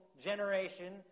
generation